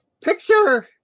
picture